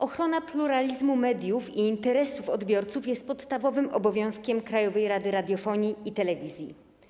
Ochrona pluralizmu mediów i interesów odbiorców jest podstawowym obowiązkiem Krajowej Rady Radiofonii i Telewizji.